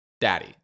daddy